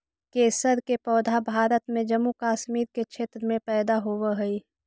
केसर के पौधा भारत में जम्मू कश्मीर के क्षेत्र में पैदा होवऽ हई